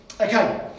Okay